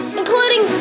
including